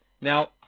Now